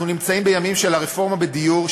אנחנו נמצאים בימים של הרפורמה בדיור,